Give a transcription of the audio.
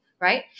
right